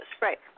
Right